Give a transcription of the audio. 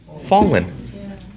fallen